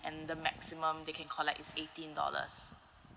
and the maximum they can collect is eighteen dollars